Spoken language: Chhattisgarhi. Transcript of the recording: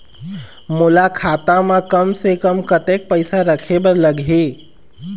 मोला खाता म कम से कम कतेक पैसा रखे बर लगही?